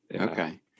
Okay